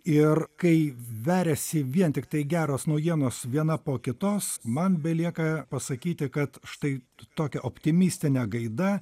ir kai veriasi vien tiktai geros naujienos viena po kitos man belieka pasakyti kad štai tokia optimistine gaida